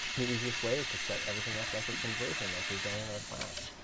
the easiest way is to set everything up like a conversion, like we've done in our class.